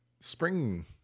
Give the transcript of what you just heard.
spring